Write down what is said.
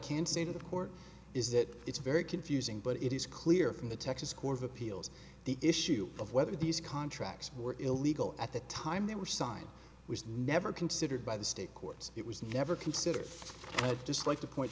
can say to the court is that it's very confusing but it is clear from the texas court of appeals the issue of whether these contracts were illegal at the time they were signed was never considered by the state courts it was never considered just like to point